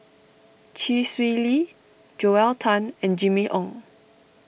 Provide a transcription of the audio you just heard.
Chee Swee Lee Joel Tan and Jimmy Ong